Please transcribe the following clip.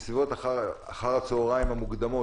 בסביבות שעות אחר-הצהריים המוקדמות,